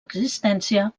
existència